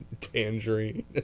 Tangerine